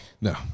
No